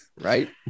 Right